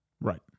Right